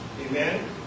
Amen